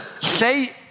say